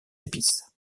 épices